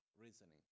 reasoning